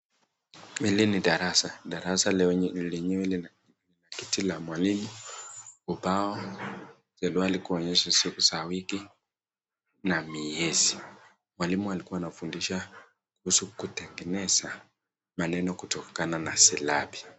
Hili ni darasa darasa lenyewe lina kiti la mwalimu, ubao, selwali kuonyesha siku ya wiki na miezi, mwalimi alikua anafundisha kuhusu kutengeneza maneno kutokana na sillabi.